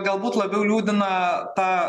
galbūt labiau liūdina ta